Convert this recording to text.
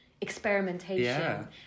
experimentation